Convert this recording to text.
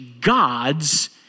gods